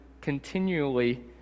continually